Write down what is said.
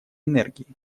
энергии